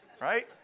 right